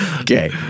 Okay